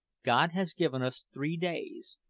god has given us three days,